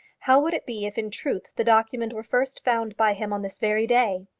how would it be if in truth the document were first found by him on this very day?